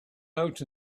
out